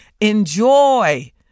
enjoy